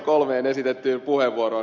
ensimmäinen oli ed